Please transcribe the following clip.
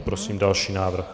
Prosím další návrh.